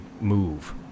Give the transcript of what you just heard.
move